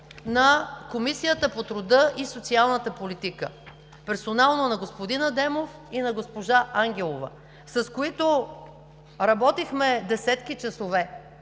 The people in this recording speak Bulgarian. на Комисията по труда и социалната политика – персонално на господин Адемов и на госпожа Ангелова, с които работихме десетки часове